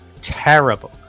terrible